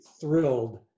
thrilled